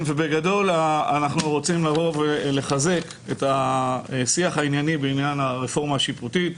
בגדול אנחנו רוצים לחזק את השיח הענייני בעניין הרפורמה השיפוטית,